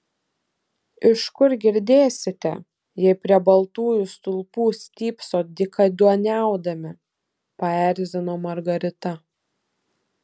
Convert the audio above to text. iš kur girdėsite jei prie baltųjų stulpų stypsot dykaduoniaudami paerzino margarita